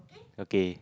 okay